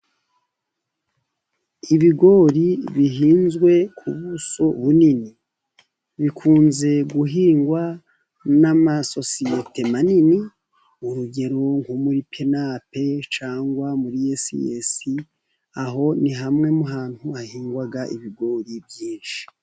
Ibigori bihinzwe ku buso bunini, bikunze guhingwa n'amasosiyete manini urugero nko muri penape cyangwa muri yesiyesi, aho ni hamwe mu hantu hahingwa ibigori byinshi.